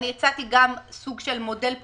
אני הצעתי גם סוג של מודל פוחת,